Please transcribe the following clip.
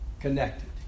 connected